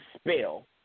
spell